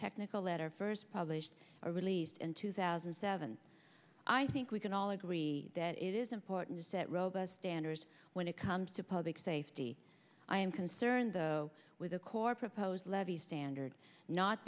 technical letter first published or released in two thousand and seven i think we can all agree that it is important to set robust standards when it comes to public safety i am concerned though with the core proposed levy standard not